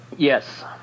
Yes